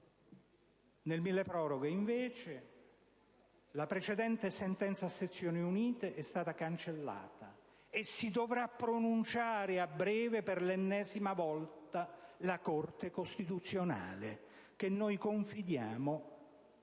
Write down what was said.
Nel milleproroghe, invece, la precedente sentenza a sezioni unite è stata cancellata, e si dovrà pronunciare a breve, per l'ennesima volta, la Corte costituzionale, che noi confidiamo